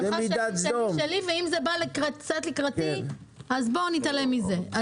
ואם זה בא קצת לקראתי, נתעלם מזה.